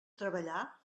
treballar